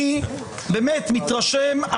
אני באמת מתרשם,